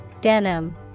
Denim